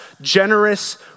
generous